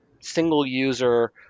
single-user